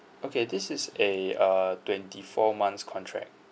okay this is a uh twenty four months contract